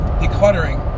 decluttering